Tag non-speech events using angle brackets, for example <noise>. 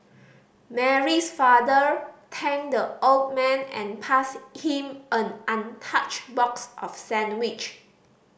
Mary's father thanked the old man and passed him <unintelligible> an untouched box of sandwich